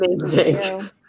amazing